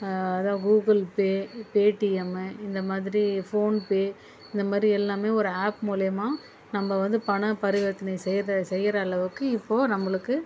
அதான் Google Pay Paytm இந்தமாதிரி PhonePe இந்தமாதிரி எல்லாமே ஒரு ஆப் மூலயமா நம்ம வந்து பண பரிவர்த்தனை செய்த செய்கிற அளவுக்கு இப்போது நம்மளுக்கு